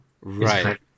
Right